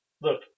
Look